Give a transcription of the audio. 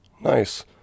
Nice